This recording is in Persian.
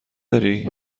داری